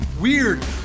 weird